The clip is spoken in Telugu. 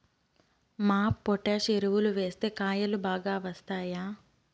మాప్ పొటాష్ ఎరువులు వేస్తే కాయలు బాగా వస్తాయా?